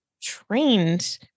trained